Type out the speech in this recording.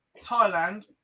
Thailand